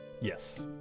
Yes